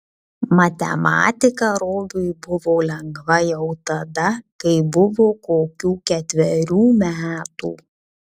matematika robiui buvo lengva jau tada kai buvo kokių ketverių metų